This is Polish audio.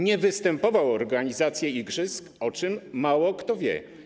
Nie występował o organizację igrzysk, o czym mało kto wie.